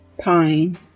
pine